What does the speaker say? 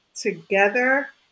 together